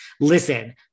Listen